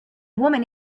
woman